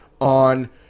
on